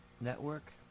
Network